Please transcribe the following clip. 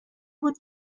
بود